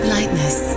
Lightness